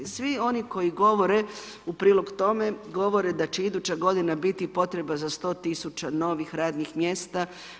Svi oni koji govore u prilog tome govore da će iduća godina biti potreba za 100 tisuća novih radnih mjesta.